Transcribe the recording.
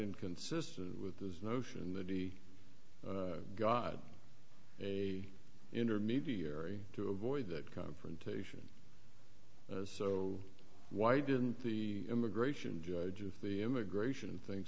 inconsistent with this notion that he got a intermediary to avoid that confrontation so why didn't the immigration judge if the immigration thin